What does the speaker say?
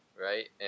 right